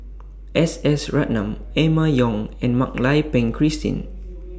S S Ratnam Emma Yong and Mak Lai Peng Christine